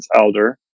elder